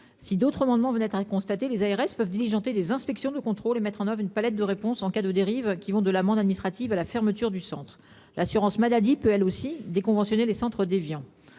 Si d'autres moments venait à constater les ARS peuvent diligenter des inspections de contrôle et mettre en oeuvre une palette de réponses en cas de dérive qui vont de l'amende administrative à la fermeture du centre, l'assurance maladie peut elle aussi déconventionner les centres d'Évian.